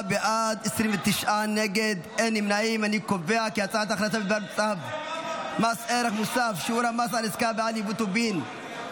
ועדת הכספים בדבר צו מס ערך מוסף (שיעור המס על עסקה ועל יבוא טובין)